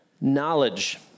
knowledge